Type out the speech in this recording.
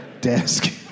desk